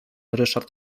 ryszard